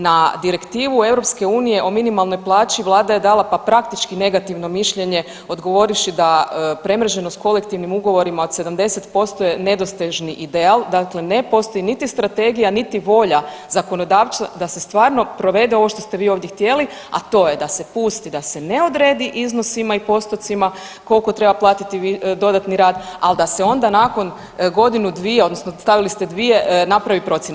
Na direktivu EU o minimalnoj plaći vlada je dala pa praktički negativno mišljenje odgovorivši da premreženost kolektivnim ugovorima od 70% je nedostižni ideal, dakle ne postoji niti strategija, niti volja zakonodavca da se stvarno provede ovo što ste vi ovdje htjeli, a to je da se pusti da se ne odredi iznosima i postocima kolko treba platiti dodatni rad, al da se onda nakon godinu dvije odnosno stavili ste dvije, napravi procjena.